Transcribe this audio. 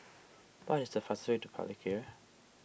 what is the fastest way to Palikir